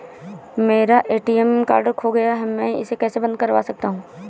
मेरा ATM card खो गया है मैं इसे कैसे बंद करवा सकता हूँ?